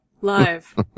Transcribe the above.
Live